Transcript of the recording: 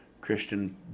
Christian